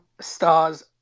stars